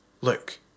Look